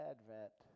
Advent